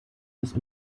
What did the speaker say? des